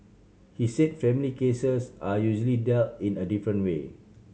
he said family cases are usually dealt in a different way